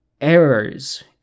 errors